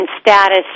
status